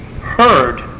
heard